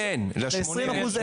ל-20% אין.